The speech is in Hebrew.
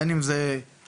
בין אם זה הדיגיטל,